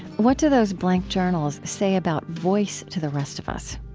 what do those blank journals say about voice to the rest of us?